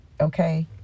okay